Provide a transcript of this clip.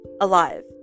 alive